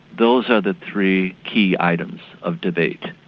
those are the three key items of debate,